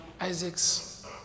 Isaac's